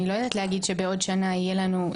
אני לא יודעת להגיד שבעוד שנה יהיה לנו,